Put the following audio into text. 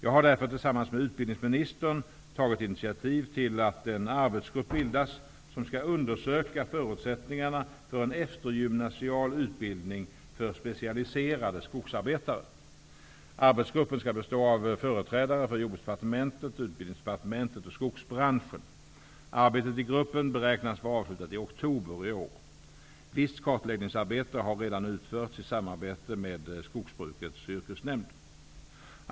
Jag har därför tillsammans med utbildningsministern tagit initiativ till att en arbetsgrupp bildas som skall undersöka förutsättningarna för en eftergymnasial utbildning för specialiserade skogsarbetare. Arbetsgruppen skall bestå av företrädare för Arbetet i gruppen beräknas att vara avslutat i oktober i år. Visst kartläggningsarbete har redan utförts i samarbete med Skogsbrukets yrkesnämnd.